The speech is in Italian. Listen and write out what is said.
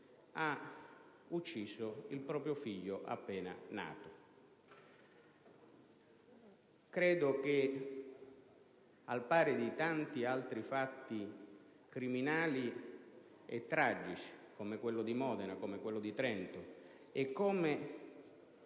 ha ucciso il proprio figlio appena nato. Credo che tanti altri fatti criminali e tragici, come quello di Modena e di Trento, e le